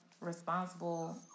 responsible